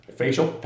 facial